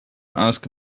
ask